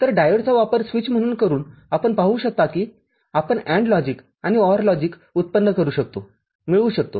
तर डायोडचा वापर स्विच म्हणून करून आपण पाहू शकतो की आपण AND लॉजिक आणि OR लॉजिक उत्पन्न करू शकतोमिळवू शकतो